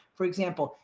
for example.